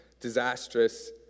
disastrous